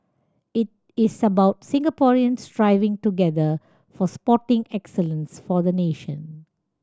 it is about Singaporeans striving together for sporting excellence for the nation